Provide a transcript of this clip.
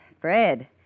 Fred